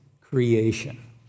creation